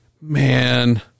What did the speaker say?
man